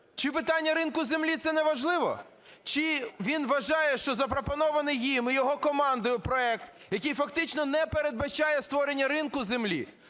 Чи питання ринку землі – це неважливо? Чи він вважає, що запропонований ним і його командою проект, який фактично не передбачає створення ринку землі,